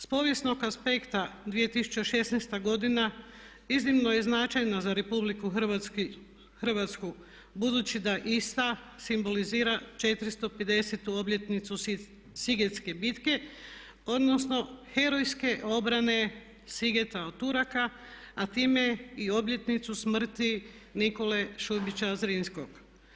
S povijesnog aspekta 2016. godina iznimno je značajna za RH budući da ista simbolizira 450. obljetnicu sigetske bitke odnosno herojske obrane Sigeta od Turaka a time i obljetnicu smrti Nikole Šubića Zrinskog.